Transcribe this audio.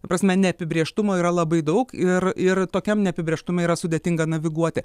ta prasme neapibrėžtumo yra labai daug ir ir tokiam neapibrėžtume yra sudėtinga naviguoti